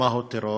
מהו טרור,